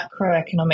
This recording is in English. macroeconomic